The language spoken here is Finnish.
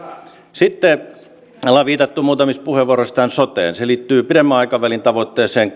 sitten täällä on viitattu muutamissa puheenvuoroissa tähän soteen se liittyy pidemmän aikavälin tavoitteeseen